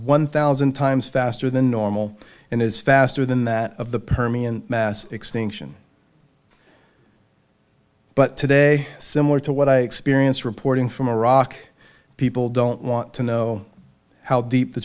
one thousand times faster than normal and is faster than that of the permian mass extinction but today similar to what i experience reporting from iraq people don't want to know how deep the